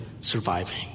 surviving